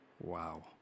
Wow